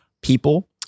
people